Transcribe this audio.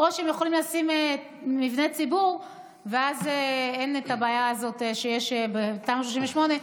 או שהם יכולים לשים מבני ציבור ואז אין את הבעיה הזאת שיש בתמ"א 38,